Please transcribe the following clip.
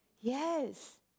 Yes